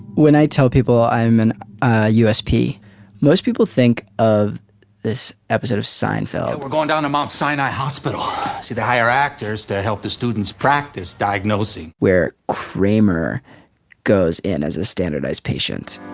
when i tell people i'm an ah usp most people think of this episode of seinfeld we're going down to mt. sinai hospital to the higher actors to help the students practice diagnosing where kramer goes in as a standardized patient.